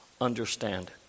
understand